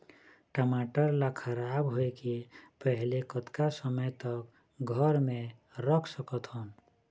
टमाटर ला खराब होय के पहले कतका समय तक घर मे रख सकत हन?